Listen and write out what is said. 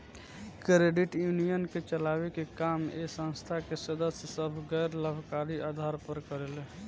credit union के चलावे के काम ए संस्था के सदस्य सभ गैर लाभकारी आधार पर करेले